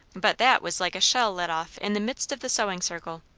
but that was like a shell let off in the midst of the sewing circle.